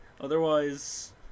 otherwise